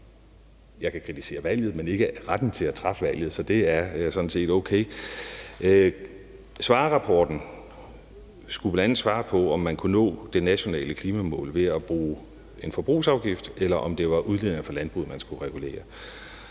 Jeg kan kritisere valget, men ikke retten til at træffe valget, så det er sådan set okay. Svarerrapporten skulle bl.a. svare på, om man kunne nå det nationale klimamål ved at bruge en forbrugsafgift, eller om det var udledninger fra landbruget, man skulle regulere,